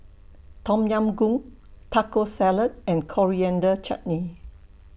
Tom Yam Goong Taco Salad and Coriander Chutney